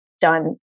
done